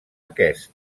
aquest